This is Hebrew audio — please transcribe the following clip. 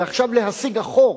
ועכשיו להסיג אחור,